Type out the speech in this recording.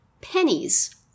pennies